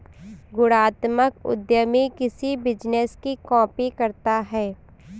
गुणात्मक उद्यमी किसी बिजनेस की कॉपी करता है